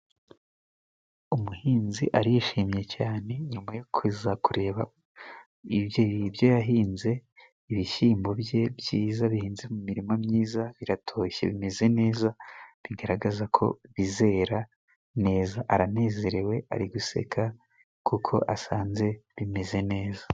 Umuhinzi arishimye cyane nyuma yo kuza kureba ibyo yahinze, ibishyiyimbo bye byiza bihinze mu miririmo myiza biratoshye, bimeze neza, bigaragaza ko bizera neza. Aranezerewe ari guseka, kuko asanze bimeze neza.